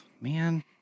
man